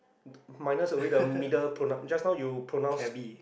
minus away the middle pronoun just now your pronounce